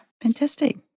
fantastic